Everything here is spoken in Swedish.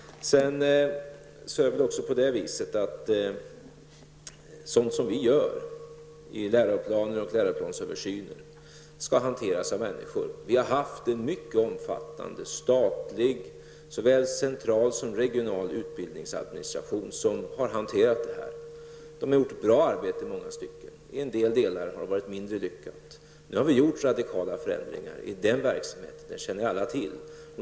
Sådant som vi gör i läroplaner och läroplansöversyner skall hanteras av människor. Vi har haft en mycket omfattande statlig såväl central som regional utbildningsadministration som har hanterat detta. Den har i många stycken gjort ett bra arbete. I en del delar har detta arbete varit mindre lyckat. Nu har vi gjort radikala förändringar i den verksamheten. Det känner alla till.